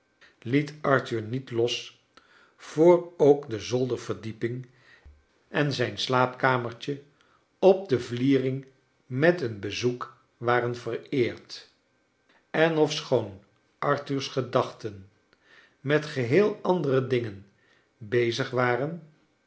liet arthur niet los voor ook de zolderverdieping en zijn slaapkamertje op de vliering met een bezoek waren vereerd en ofschoon arthur's gedachten met geheel andere dingen bezig waren